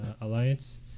Alliance